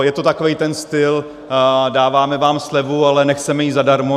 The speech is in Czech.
Je to takový ten styl: dáváme vám slevu, ale nechceme ji zadarmo.